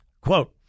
Quote